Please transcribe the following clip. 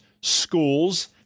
schools